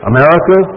America